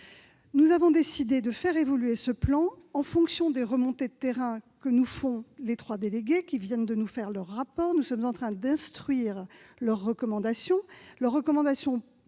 Nous avons décidé de faire évoluer ce plan en fonction des remontées du terrain des trois délégués, qui viennent de nous présenter leur rapport. Nous sommes en train d'instruire leurs recommandations,